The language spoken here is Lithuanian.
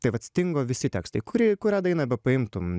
tai vat stingo visi tekstai kuri kurią dainą paimtum